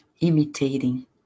imitating